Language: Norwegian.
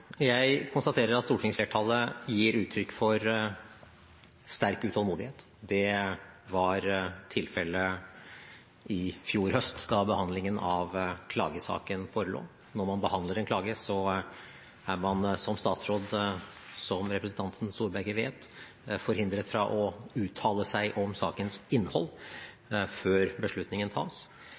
Jeg konstaterer at stortingsflertallet gir uttrykk for sterk utålmodighet. Det var tilfelle i fjor høst, da behandlingen av klagesaken forelå. Når man behandler en klage, er man som statsråd – som representanten Storberget vet – forhindret fra å uttale seg om sakens innhold før beslutningen tas.